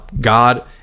God